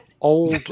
Old